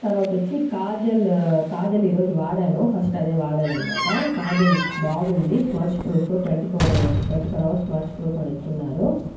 తర్వాత వచ్చి కాజల్ కాజల్ ఈరోజు వాడాను ఫస్ట్ అదే వాడాను అనమాట కాజల్ బాగుంది smudge proof twenty four twenty four hours smudge proof అని ఇచ్చి ఉన్నారు